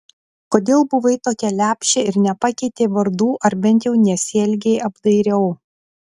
kodėl buvai tokia lepšė ir nepakeitei vardų ar bent jau nesielgei apdairiau